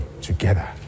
together